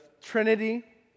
Trinity